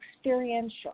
experiential